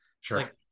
Sure